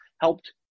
helped